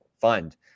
fund